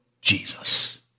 Jesus